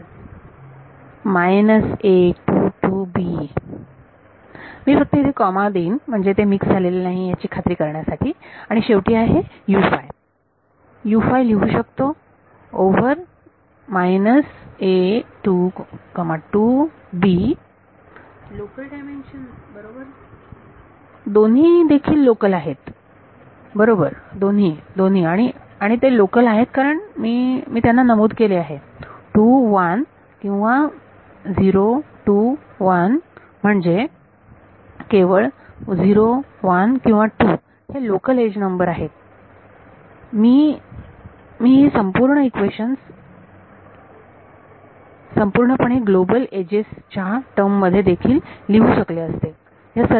विद्यार्थी मायनस मी फक्त इथे कॉमा देईन म्हणजे ते मिक्स झालेले नाही ह्याची खात्री करण्यासाठी आणि शेवटी आहे लिहू शकतो ओव्हर विद्यार्थी लोकल डायमेन्शन बरोबर दोन्ही देखील लोकल आहेत बरोबर दोन्ही दोन्ही आणि आणि ते लोकल आहेत कारण मी मी त्यांना नमूद केले आहे 2 1 किंवा 0 2 1 म्हणजे केवळ 0 1 किंवा 2 हे लोकल एज नंबर आहेत मी मी ही संपूर्ण इक्वेशन्स संपूर्णपणे ग्लोबल एजेस च्या टर्म मध्ये देखील लिहू शकले असते